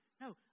no